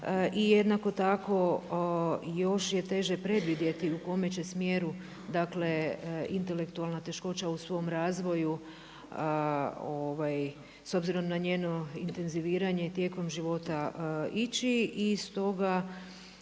jednako tako još je teže predvidjeti u kome će smjeru, dakle intelektualna teškoća u svom razvoju s obzirom na njeno intenziviranje tijekom života ići.